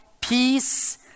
peace